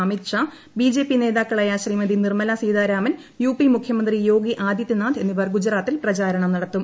Amit Shah BJP നേതാക്കളായ Shrimati Nirmala Sitharaman UP മുഖ്യമന്ത്രി യോഗി ആദിത്യനാഥ് എന്നിവർ ഗുജറാത്തിൽ പ്രചാരണം നടത്തും